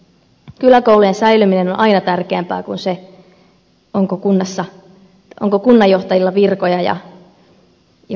kyläkoulujen säilyminen on aina tärkeämpää kuin se onko kunnanjohtajilla virkoja ja kuinka monta